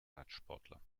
radsportler